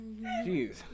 Jeez